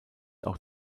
auch